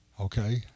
Okay